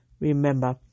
Remember